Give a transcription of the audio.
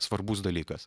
svarbus dalykas